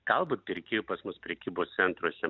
galbūt pirkėjų pas mus prekybos centruose